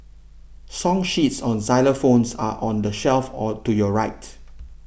song sheets on xylophones are on the shelf or to your right